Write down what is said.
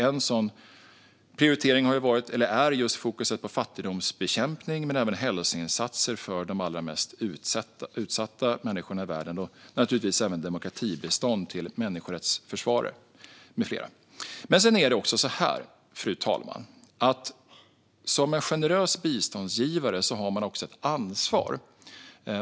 En sådan prioritering är fokuset på fattigdomsbekämpning, men även hälsoinsatser för de allra mest utsatta människorna i världen och naturligtvis demokratibistånd till människorättsförsvarare med flera. Sedan är det också så, fru talman, att man som en generös biståndsgivare har ett ansvar.